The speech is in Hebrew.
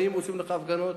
עושות לך הפגנות.